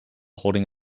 holding